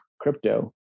crypto